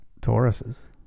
Tauruses